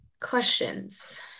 questions